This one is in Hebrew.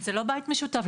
זה לא בית משותף.